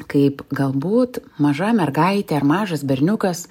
kaip galbūt maža mergaitė ar mažas berniukas